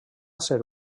ser